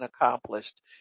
accomplished